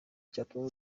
cyatuma